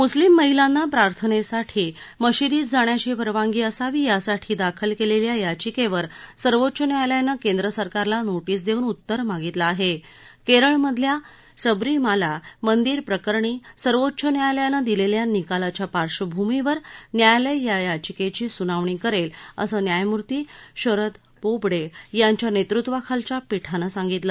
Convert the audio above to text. मुस्लीम महिलांना प्रार्थनस्तीठी मशिदीत जाण्याची परवानगी असावी यासाठी दाखल क्लिख्खा याचिक्खर सर्वोच्च न्यायालयानं केंद्रसरकारला नोटीस दक्किन उत्तर मागितलं आहा केखिमधल्या सबरीमाला मंदिर प्रकरणी सर्वोच्च न्यायालयानं दिलखित निकालाच्या पार्श्वभूमीवर न्यायालय या याचिक्छी सुनावणी करल असं न्यायमूर्ती शरद बोबड्यांच्या नत्तिवाखालच्या पीठानं सांगितलं